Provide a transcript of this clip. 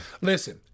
Listen